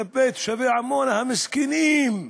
כלפי תושבי עמונה המסכנים,